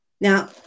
Now